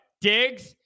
Diggs